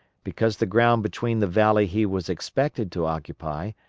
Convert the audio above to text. because the ground between the valley he was expected to occupy,